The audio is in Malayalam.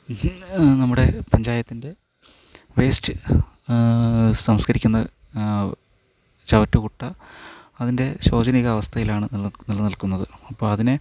നമ്മുടെ പഞ്ചായത്തിൻ്റെ വേസ്റ്റ് സംസ്കരിക്കുന്ന ചവറ്റുകുട്ട അതിൻ്റെ ശോചനീയാവസ്ഥയിലാണ് നിലനിൽക്കുന്നത് അപ്പം അതിനെ